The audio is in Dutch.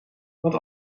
want